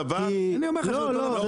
אני אומר לך שזה אותו דבר.